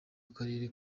akarere